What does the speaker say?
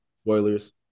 Spoilers